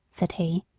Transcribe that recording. said he.